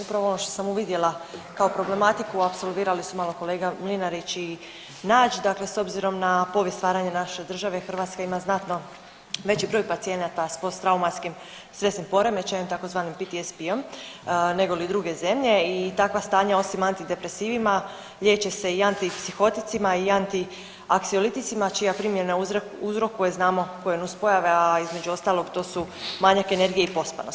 Upravo ovo što sam uvidjela kao problematiku, apsolvirali su malo kolega Mlinarić i Nađ, dakle s obzirom na povijest stvaranja naše države, Hrvatska ima znatno veći broj pacijenata s posttraumatskim stresnim poremećajem, tzv. PTSP-om nego li druge zemlje i takva stanja osim antidepresivima, liječe se i antipsihoticima i antianksioliticima čija primjena uzrokujemo koje nuspojave, a između ostalog to su manjak energije i pospanost.